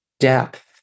Depth